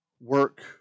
work